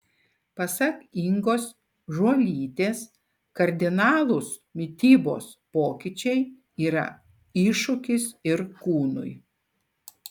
pasak ingos žuolytės kardinalūs mitybos pokyčiai yra iššūkis ir kūnui